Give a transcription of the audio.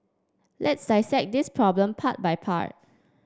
let's dissect this problem part by part